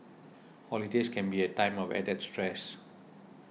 holidays can be a time of added stress